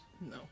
No